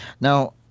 Now